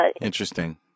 Interesting